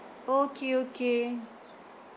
okay okay